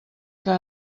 que